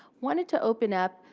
wanted to open up.